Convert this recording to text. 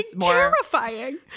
terrifying